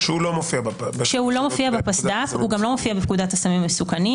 הוא לא מופיע בפס"ד, גם לא בפקודת הסמים המסוכנים.